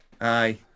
Aye